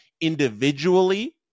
individually